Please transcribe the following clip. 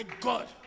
God